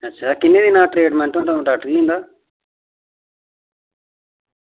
अच्छा किन्ने दिनें दा ट्रीटमेंट होंदा इंदा